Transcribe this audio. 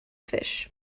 fish